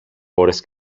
ώρες